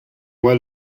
moi